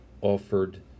offered